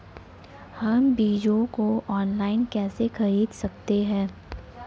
हम बीजों को ऑनलाइन कैसे खरीद सकते हैं?